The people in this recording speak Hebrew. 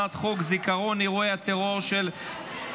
הצעת חוק זיכרון אירועי הטרור של כ"ב